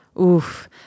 Oof